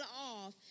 off